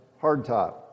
hardtop